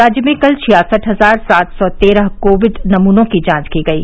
राज्य में कल छियासठ हजार सात सौ तेरह कोविड नमूनों की जांच की गयी